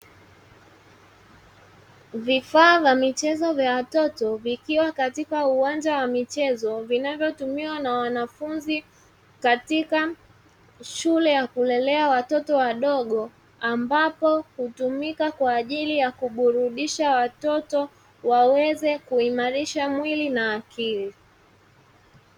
Vifaa vya michezo vya watoto vikiwa katika uwanja wa michezo vinavyotumiwa na wanafunzi katika shule ya kulelea watoto wadogo ambapo hutumika kwa ajili ya kuburudisha watoto waweze kuimarisha mwili na akili.